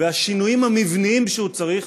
והשינויים המבניים שהוא צריך,